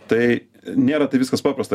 tai nėra taip viskas paprasta